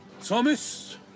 Thomas